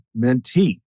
mentee